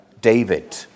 David